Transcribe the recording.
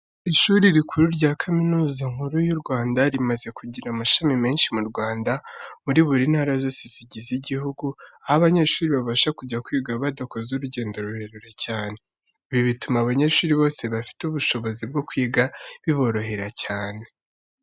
Ishuri rikuru rya Kaminuza Nkuru y'u Rwanda, rimaze kugira amashami menshi mu Rwanda muri buri ntara zose zigize igihugu, aho abanyeshuri babasha kujya kwiga badakoze urugendo rurerure cyane. Ibi bituma abanyeshuri bose bafite ubushobozi bwo kwiga biborohera cyane.